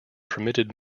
permitted